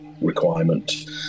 requirement